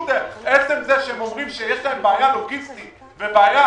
עצם זה שהם אומרים שיש להם בעיה לוגיסטית ובעיה